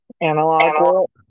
Analog